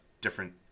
different